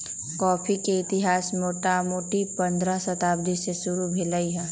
coffee के इतिहास मोटामोटी पंडह शताब्दी से शुरू भेल हइ